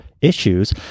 issues